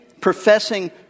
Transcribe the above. professing